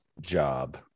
job